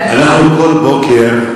אנחנו כל בוקר,